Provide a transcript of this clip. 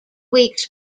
weeks